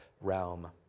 realm